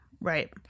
Right